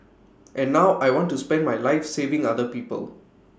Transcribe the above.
and now I want to spend my life saving other people